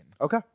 okay